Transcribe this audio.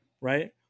right